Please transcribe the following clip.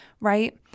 right